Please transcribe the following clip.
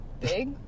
big